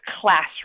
classroom